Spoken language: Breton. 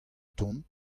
tont